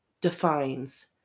defines